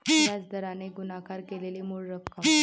व्याज दराने गुणाकार केलेली मूळ रक्कम